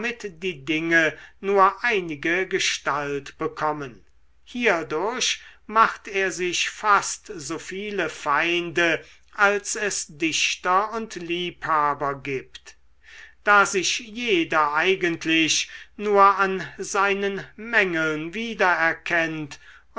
die dinge nur einige gestalt bekommen hierdurch macht er sich fast so viel feinde als es dichter und liebhaber gibt da sich jeder eigentlich nur an seinen mängeln wiedererkennt